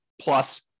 plus